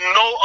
no